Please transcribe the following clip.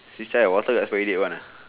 since when water expiry date one ah